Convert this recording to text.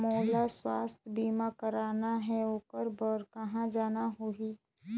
मोला स्वास्थ बीमा कराना हे ओकर बार कहा जाना होही?